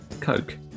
Coke